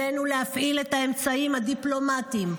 עלינו להפעיל את האמצעים הדיפלומטיים,